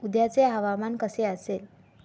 उद्याचे हवामान कसे असेल